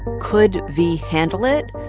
could v handle it,